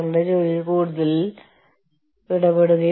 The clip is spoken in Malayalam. ദേശീയ തലത്തിൽ യൂണിയൻ വിമുഖത കാണിച്ചേക്കാമെന്നും അവർ കരുതുന്നു